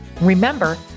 Remember